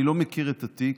אני לא מכיר את התיק,